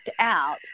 out